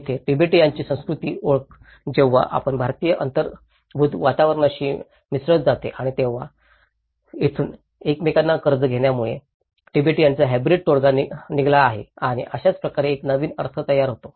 येथे तिबेट्यांची सांस्कृतिक ओळख जेव्हा ती भारताच्या अंगभूत वातावरणाशी मिसळत जाते आणि तेव्हा येथून एकमेकांना कर्ज घेतल्यामुळे तिबेट्यांचा हॅब्रिड तोडगा निघाला आहे आणि अशाच प्रकारे एक नवीन अर्थ तयार होतो